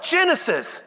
Genesis